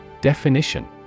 Definition